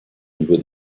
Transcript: niveau